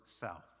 south